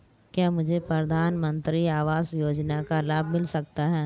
क्या मुझे प्रधानमंत्री आवास योजना का लाभ मिल सकता है?